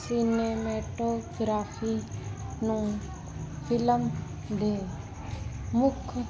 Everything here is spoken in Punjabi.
ਸਿਨੇਮੈਟੋਗ੍ਰਾਫੀ ਨੂੰ ਫ਼ਿਲਮ ਦੇ ਮੁੱਖ